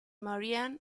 marianne